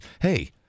hey